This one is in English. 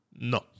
no